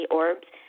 orbs